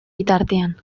bitartean